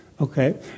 Okay